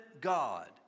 God